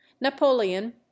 napoleon